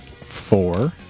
Four